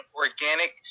organic